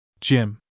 Jim